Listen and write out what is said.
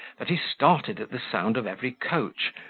that he started at the sound of every coach,